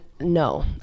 no